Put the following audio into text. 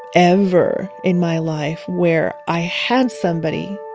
ever in my life where i had somebody,